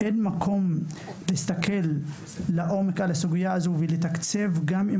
אין מקום לתת גם לסוגייה הזו ולתקצב את